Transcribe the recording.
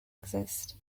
exist